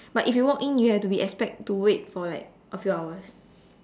but if you walk in you have to be expect to wait for like a few hours